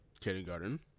Kindergarten